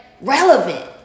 relevant